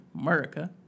America